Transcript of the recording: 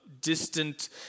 distant